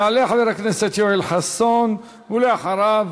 יעלה חבר הכנסת יואל חסון, ואחריו,